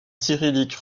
cyrillique